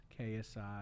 KSI